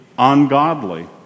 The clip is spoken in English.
ungodly